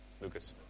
Lucas